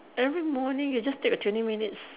every morning you just take a twenty minutes